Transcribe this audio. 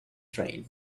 train